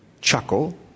chuckle